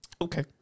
Okay